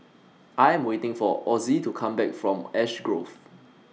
I Am waiting For Ozzie to Come Back from Ash Grove